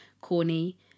corny